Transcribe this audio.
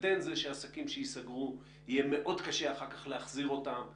בהינתן שיהיה מאוד קשה להחזיר עסקים שייסגרו,